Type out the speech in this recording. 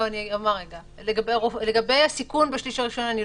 לגבי הסיכון בשליש הראשון של ההיריון אין לי שמץ של מושג,